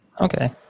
Okay